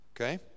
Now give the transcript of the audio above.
Okay